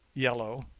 yellow,